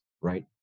right